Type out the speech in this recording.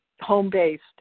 home-based